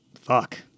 Fuck